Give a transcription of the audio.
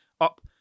up